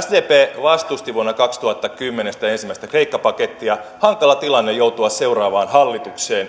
sdp vastusti vuonna kaksituhattakymmenen sitä ensimmäistä kreikka pakettia hankala tilanne joutua seuraavaan hallitukseen